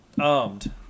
armed